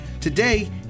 Today